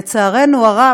לצערנו הרב,